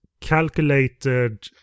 calculated